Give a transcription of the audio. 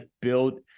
build